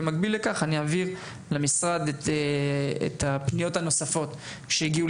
במקביל לכך אני אעביר למשרד את הפניות הנוספות שהגיעו